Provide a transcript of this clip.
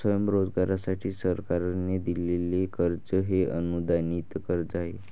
स्वयंरोजगारासाठी सरकारने दिलेले कर्ज हे अनुदानित कर्ज आहे